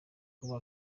kuba